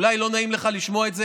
אולי לא נעים לך לשמוע את זה,